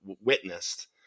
witnessed